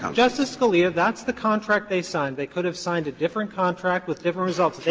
um justice scalia, that's the contract they signed. they could have signed a different contract with different results.